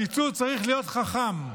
הקיצוץ צריך להיות חכם: